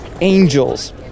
angels